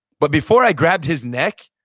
but before i grabbed his neck,